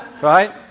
Right